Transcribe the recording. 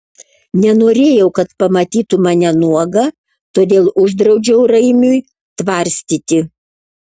nenorėjau kad pamatytų mane nuogą todėl uždraudžiau raimiui tvarstyti